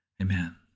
Amen